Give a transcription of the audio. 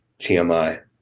TMI